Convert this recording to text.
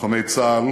לוחמי צה"ל